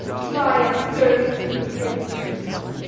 dry up dursley, you great prune.